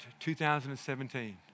2017